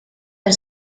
del